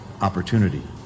opportunity